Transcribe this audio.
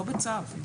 לא בצו.